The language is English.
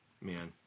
Man